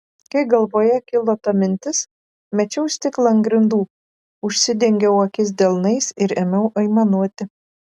kai galvoje kilo ta mintis mečiau stiklą ant grindų užsidengiau akis delnais ir ėmiau aimanuoti